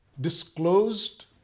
disclosed